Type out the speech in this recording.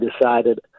decided